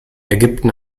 ägypten